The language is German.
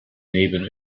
neben